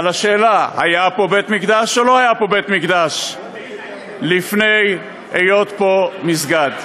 על השאלה: היה פה בית-מקדש או לא היה פה בית-מקדש לפני היות פה מסגד?